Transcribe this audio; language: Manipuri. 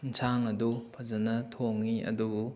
ꯑꯦꯟꯁꯥꯡ ꯑꯗꯨ ꯐꯖꯅ ꯊꯣꯡꯏ ꯑꯗꯨꯕꯨ